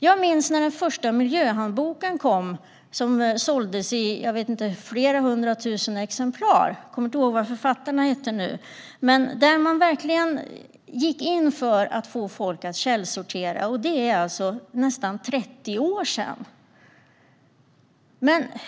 Jag minns när den första Miljöhandboken kom, som såldes i flera hundra tusen exemplar; jag kommer inte ihåg vad författarna hette. Där gick man verkligen in för att få folk att källsortera, och det är alltså nästan 30 år sedan.